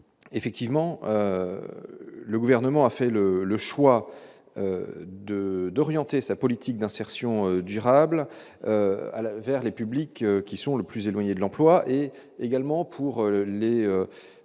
effectivement, le gouvernement a fait le le choix de d'orienter sa politique d'insertion durable à la vers les publics qui sont le plus éloignés de l'emploi et également pour les